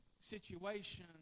situation